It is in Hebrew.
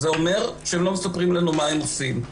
זה אומר שהם לא מספרים לנו מה הם עושים.